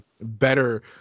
better